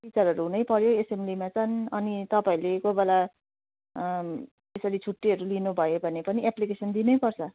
टिचरहरू हुनैपऱ्यो एसेम्बलीमा चाहिँ अनि तपाईँहरूले कोही बेला यसरी छुट्टीहरू लिनुभयो भने पनि एप्लिकेसन दिनैपर्छ